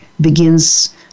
begins